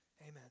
Amen